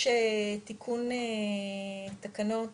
יש תיקון תקנות